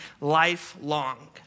lifelong